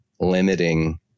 limiting